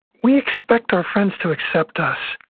we expect our friends to accept us.